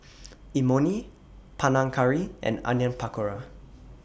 Imoni Panang Curry and Onion Pakora